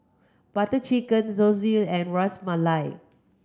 Butter Chicken Zosui and Ras Malai